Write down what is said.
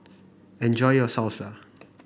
enjoy your Salsa